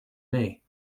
may